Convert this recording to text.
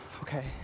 Okay